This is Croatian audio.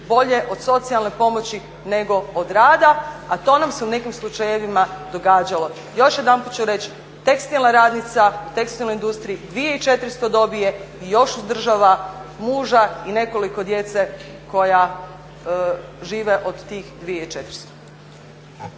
bolje od socijalne pomoći nego od rada, a to nam se u nekim slučajevima događalo. Još jedanput ću reći, tekstilna radnica u tekstilnoj industriji 2400 dobije i još uzdržava muža i nekoliko djece koja žive od tih 2400.